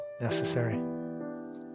necessary